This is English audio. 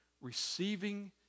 receiving